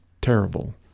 terrible